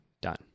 done